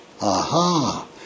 Aha